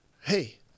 Hey